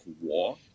war